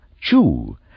chew